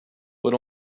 but